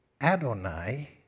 Adonai